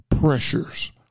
pressures